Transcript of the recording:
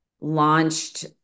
launched